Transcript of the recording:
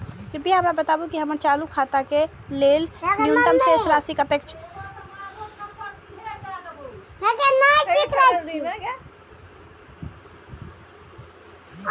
कृपया हमरा बताबू कि हमर चालू खाता के लेल न्यूनतम शेष राशि कतेक या